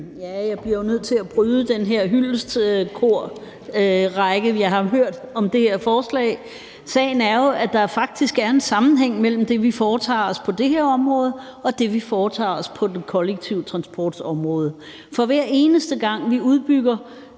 Jeg bliver jo nødt til at bryde det her hyldestkor, jeg har hørt til det her forslag. Sagen er jo, at der faktisk er en sammenhæng mellem det, vi foretager os på det her område, og det, vi foretager os på den kollektive transports område. For hver eneste gang vi udbygger